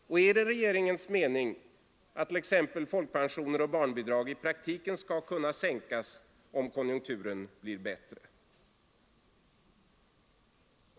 Eller är det regeringens mening att t.ex. folkpensioner och barnbidrag i praktiken skall kunna sänkas om konjunkturen blir bättre?